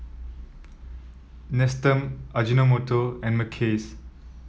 Nestum Ajinomoto and Mackays